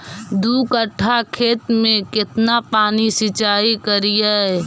दू कट्ठा खेत में केतना पानी सीचाई करिए?